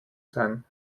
sein